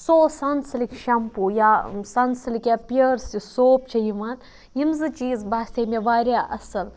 سُہ اوس Sunsilk shampoo یا سَنسِلِک یا پِیٲرٕس یُس سوپ چھےٚ یِوان یِم زٕ چیٖز باسے مےٚ واریاہ اَصٕل